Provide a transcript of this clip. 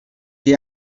que